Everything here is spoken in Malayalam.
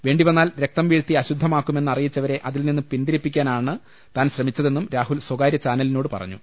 വേണ്ടി വന്നാൽ രക്തം വീഴ്ത്തി അശുദ്ധമാക്കുമെന്ന് അറിയിച്ചവരെ അതിൽനിന്ന് പിൻതി രിപ്പിക്കാനാണ് താൻ ശ്രമിച്ചതെന്നും രാഹുൽ സ്വകാര്യ ചാനലി നോട് പറഞ്ഞു